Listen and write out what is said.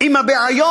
עם הבעיות?